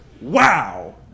Wow